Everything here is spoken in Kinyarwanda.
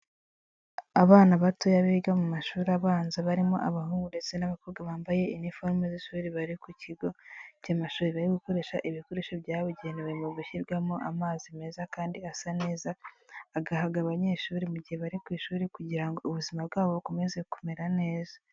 Abana batoya biga mu mashuri abanza, barimo abahungu ndetse n'abakobwa bambaye iniforume z'ishuri, bari ku kigo cy'amashuri, bari gukoresha ibikoresho byabugenewe mu gushyirwamo amazi meza kandi asa neza, agahabwa abanyeshuri mu gihe bari ku ishuri kugira ngo ubuzima bwabo bukomeze kumera neza.